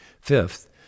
Fifth